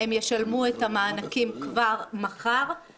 הם ישלמו מקדמה למענקים האלה כבר מחר,